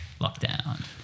lockdown